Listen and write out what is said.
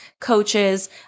coaches